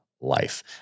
life